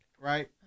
right